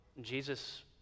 Jesus